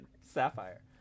Sapphire